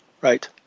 Right